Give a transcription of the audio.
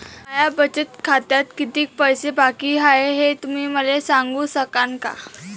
माया बचत खात्यात कितीक पैसे बाकी हाय, हे तुम्ही मले सांगू सकानं का?